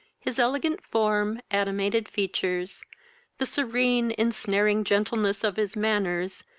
his elegant form, animated features the serene, ensnaring gentleness of his manners,